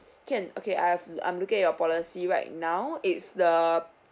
can okay I've I'm looking at your policy right now it's the